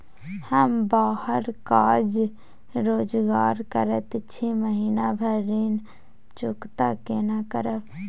हम बाहर काज रोजगार करैत छी, महीना भर ऋण चुकता केना करब?